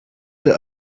that